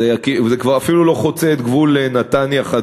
תמ"א 38 אפילו לא חוצה את גבול נתניה-חדרה.